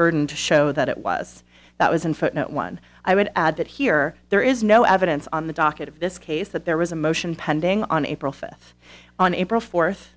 burden to show that it was that was in footnote one i would add that here there is no evidence on the docket of this case that there was a motion pending on april fifth on april fourth